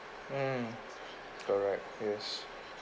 mm correct yes